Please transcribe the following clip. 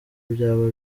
byaba